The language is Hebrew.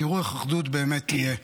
תראו איך אחדות באמת תהיה.